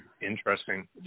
Interesting